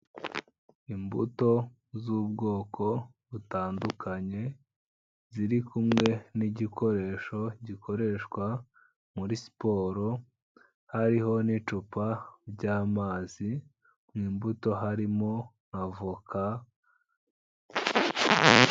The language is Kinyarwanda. Imbuto z'ubwoko butandukanye, ziri kumwe n'igikoresho gikoreshwa muri siporo, hariho n'icupa ry'amazi, mu mbuto harimo nk'avoka.